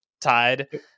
Tied